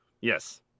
Yes